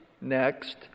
Next